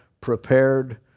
prepared